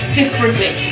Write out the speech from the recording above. differently